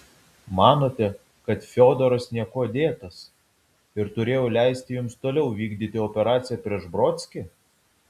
manote kad fiodoras niekuo dėtas ir turėjau leisti jums toliau vykdyti operaciją prieš brodskį